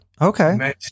Okay